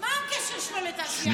--- מה הקשר שלו לתעשייה אווירית?